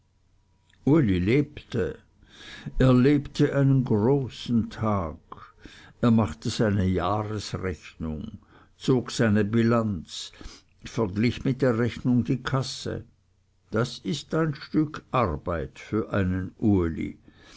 lebte er lebte einen großen tag er machte seine jahresrechnung zog seine bilanz verglich mit der rechnung die kasse das ist ein stück arbeit für einen uli